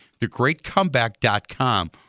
thegreatcomeback.com